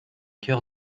coeur